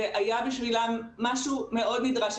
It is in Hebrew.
זה היה בשבילם משהו מאוד נדרש,